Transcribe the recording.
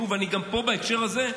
גם פה, בהקשר הזה,